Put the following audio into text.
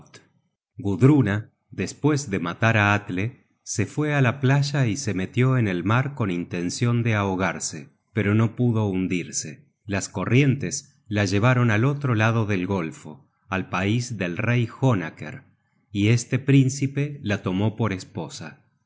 gudruna despues de matar á atle se fue á la playa y se metió en el mar con intencion de ahogarse pero no pudo hundirse las corrientes la llevaron al otro lado del golfo al pais del rey jonaker y este príncipe la tomó por esposa